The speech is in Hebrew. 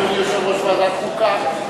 אדוני יושב-ראש ועדת החוקה,